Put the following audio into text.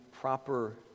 proper